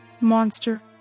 Monster